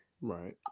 Right